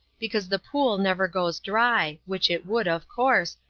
because the pool never goes dry, which it would, of course,